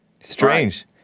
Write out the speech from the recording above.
Strange